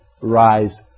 rise